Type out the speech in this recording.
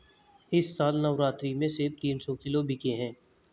इस साल नवरात्रि में सेब तीन सौ किलो बिके हैं